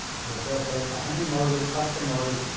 and they said, ok, one hundred motors, custom motors,